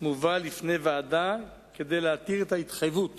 מובא בפני ועדה כדי להתיר את ההתחייבות